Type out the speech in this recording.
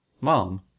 Mom